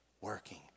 working